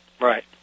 Right